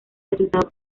resultado